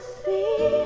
see